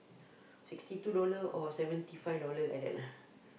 sixty two dollar or seventy five dollar like that lah